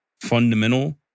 fundamental